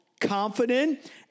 Confident